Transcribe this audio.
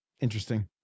Interesting